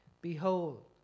Behold